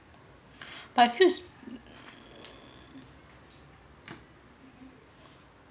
but I feels